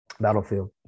Battlefield